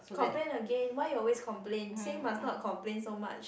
complain again why you always complain say must not complain so much